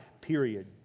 period